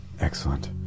Excellent